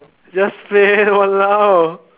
just play !walao!